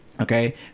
Okay